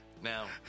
Now